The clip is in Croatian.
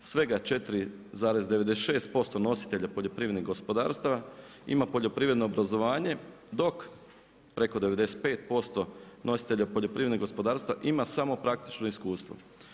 Svega 4,96% nositelja poljoprivrednih gospodarstava ima poljoprivredno obrazovanje, dok preko 95% nositelja poljoprivrednih gospodarstva, ima samo praktičko iskustvo.